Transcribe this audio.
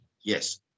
Yes